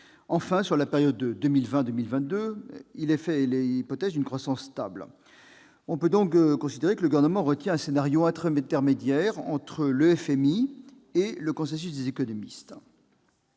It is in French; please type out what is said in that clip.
Enfin, sur la période 2020-2022, il est fait l'hypothèse d'une croissance stable. On peut donc considérer que le Gouvernement retient un scénario intermédiaire entre celui du FMI et celui du consensus des économistes